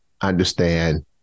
understand